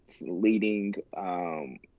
leading –